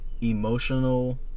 emotional